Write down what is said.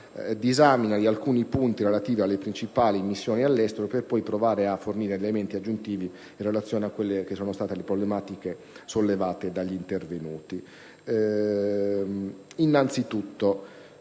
disamina di alcuni punti relativi alle principali missioni all'estero, per poi provare a fornire elementi aggiuntivi in relazione alle problematiche sollevate dagli intervenuti.